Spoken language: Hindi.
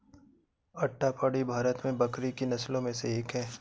अट्टापडी भारत में बकरी की नस्लों में से एक है